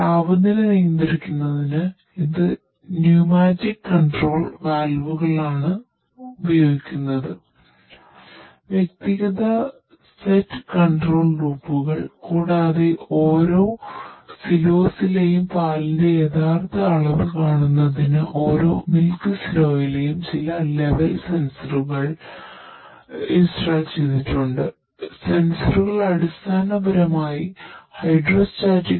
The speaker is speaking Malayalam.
ശരി